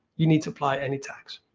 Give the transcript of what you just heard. you need to apply any tags.